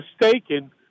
mistaken